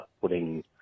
putting